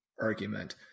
argument